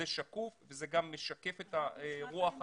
זה שקוף וזה גם משקף את רוח התקופה.